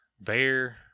Bear